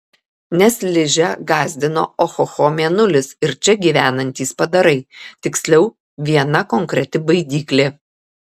nes ližę gąsdino ohoho mėnulis ir čia gyvenantys padarai tiksliau viena konkreti baidyklė